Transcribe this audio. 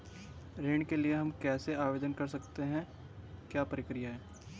ऋण के लिए हम कैसे आवेदन कर सकते हैं क्या प्रक्रिया है?